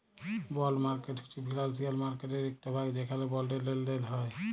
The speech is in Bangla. বল্ড মার্কেট হছে ফিলালসিয়াল মার্কেটের ইকট ভাগ যেখালে বল্ডের লেলদেল হ্যয়